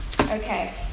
Okay